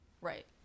right